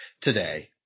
today